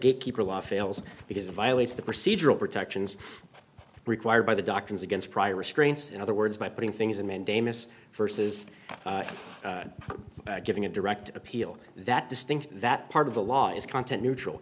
gatekeeper law fails because it violates the procedural protections required by the doctrines against prior restraints in other words by putting things in mandamus versus giving a direct appeal that distinct that part of the law is content neutral